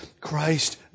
Christ